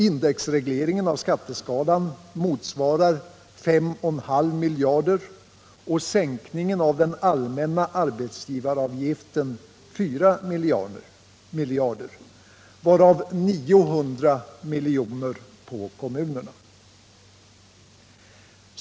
Indexregleringen av skatteskalan motsvarar 5,5 miljarder och sänkningen av allmänna arbetsgivaravgiften 4 miljarder, varav 900 miljoner på kommunerna.